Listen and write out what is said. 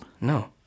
No